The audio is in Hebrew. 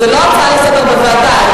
זאת לא הצעה לסדר-היום בוועדה.